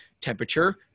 temperature